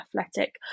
athletic